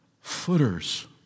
footers